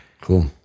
Cool